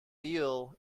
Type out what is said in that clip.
eel